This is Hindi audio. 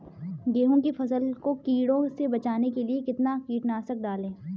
गेहूँ की फसल को कीड़ों से बचाने के लिए कितना कीटनाशक डालें?